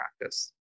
practice